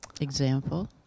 example